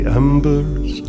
embers